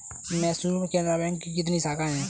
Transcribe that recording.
मैसूर में केनरा बैंक की कितनी शाखाएँ है?